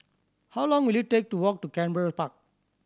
how long will it take to walk to Canberra Park